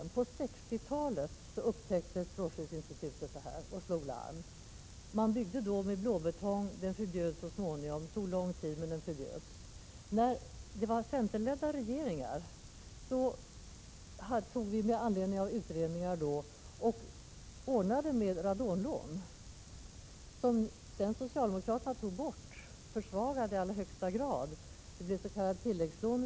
Redan på 1960-talet upptäckte strålskyddsinstitutet detta problem och slog larm. Då byggdes hus med blåbetong som senare förbjöds, även om det tog lång tid. Under de centerledda regeringarna ordnades med radonlån med anledning av vissa utredningar. Dessa möjligheter till lån tog socialdemokraterna sedan bort. De försämrade i allra högsta grad möjligheterna till lån. De införde s.k. tilläggslån.